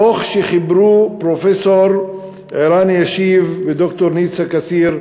דוח שחיברו פרופסור ערן ישיב וד"ר ניצה קציר,